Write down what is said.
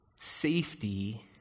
safety